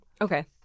Okay